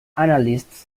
analysts